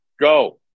go